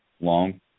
long